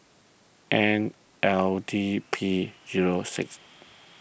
N L D P zero six